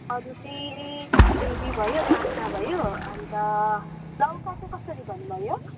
अरू चाहिँ सिमी भयो काँक्रा भयो अन्त लौका चाहिँ कसरी भन्नुभयो